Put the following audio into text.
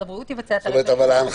הבריאות יבצע את הרכש -- אבל ההנחיות